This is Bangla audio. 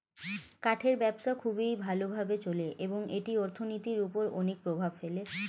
কাঠের ব্যবসা খুবই ভালো ভাবে চলে এবং এটি অর্থনীতির উপর অনেক প্রভাব ফেলে